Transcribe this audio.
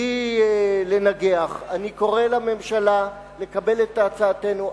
בלי לנגח, אני קורא לממשלה לקבל את הצעתנו.